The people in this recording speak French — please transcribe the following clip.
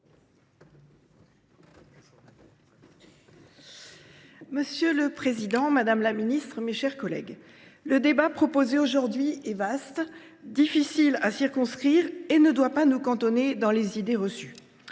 Monsieur le président, madame la ministre, mes chers collègues, le débat proposé aujourd’hui est vaste et difficile à circonscrire. Il ne doit pas nous cantonner dans les idées reçues.